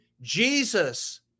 Jesus